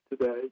today